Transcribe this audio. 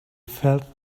felt